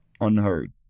unheard